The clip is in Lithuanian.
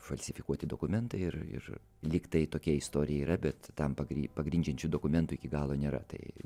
falsifikuoti dokumentai ir ir lyg tai tokia istorija yra bet tam pagri pagrindžiančių dokumentų iki galo nėra tai